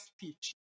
speech